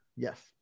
Yes